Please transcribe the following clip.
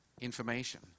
information